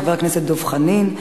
חבר הכנסת דב חנין,